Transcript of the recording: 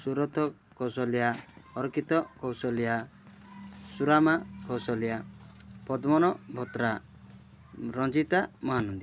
Surat Kaushalya Arkita Kaushalya Surama Kaushalya Padman Bhatra Ranjita Mahanandi